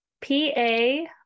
P-A-